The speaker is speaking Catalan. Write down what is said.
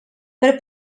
per